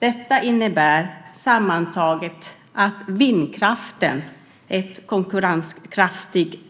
Sammantaget innebär detta att vindkraften är ett konkurrenskraftigt